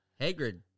Hagrid